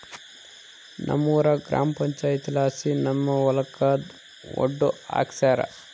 ನಮ್ಮೂರ ಗ್ರಾಮ ಪಂಚಾಯಿತಿಲಾಸಿ ನಮ್ಮ ಹೊಲಕ ಒಡ್ಡು ಹಾಕ್ಸ್ಯಾರ